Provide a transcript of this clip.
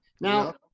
Now